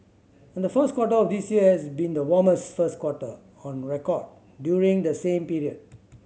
and the first quarter of this year has been the warmest first quarter on record during the same period